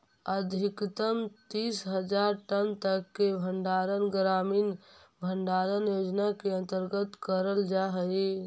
अधिकतम तीस हज़ार टन तक के भंडारण ग्रामीण भंडारण योजना के अंतर्गत करल जा हई